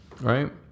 Right